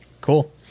Cool